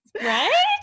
Right